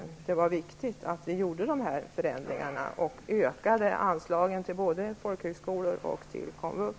Det är viktigt av vi genomförde de här förändringarna och ökade anslagen till både folkhögskolor och komvux.